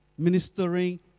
ministering